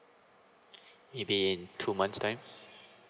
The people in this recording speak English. maybe in two months time